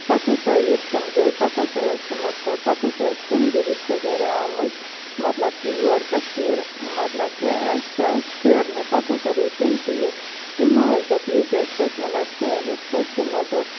پَتہٕ ہَسا ییٚلہِ تِم گٔے پَتہٕ ہَسا ٲسۍ تمو پَتہٕ ہَسا ٲسۍ تِہٕنٛدی رِشتہٕ زَہرہ آمٕتۍ مَطلَب کہِ یور کٔشیٖر مَطلَب کہِ پھیرنہٕ پَتہٕ ہَسا روٗدۍ تِم تہِ ییٚتہِ تمو حظ دوٚپ ییٚتہِ ٲسۍ پٔتمہِ لَٹہٕ سٲنٛۍ یِتھ پٲٹھۍ تمو دوٚپ